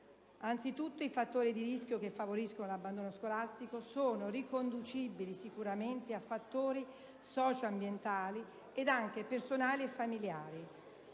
Anzitutto i fattori di rischio che favoriscono l'abbandono scolastico sono riconducibili sicuramente a fattori socio-ambientali ed anche personali e familiari.